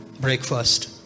breakfast